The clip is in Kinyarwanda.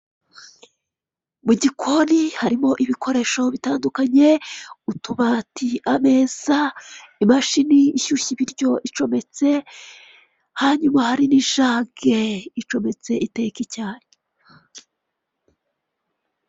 Ibi ni ibikoresho byifashishwa mu kubika neza umusaruro w'amata, waturutse mu duce dutandukanye, uyu musaruro ugahabwa abakiriya batandukanye.